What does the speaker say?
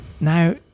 now